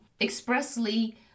expressly